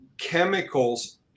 chemicals